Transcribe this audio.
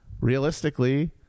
realistically—